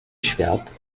świat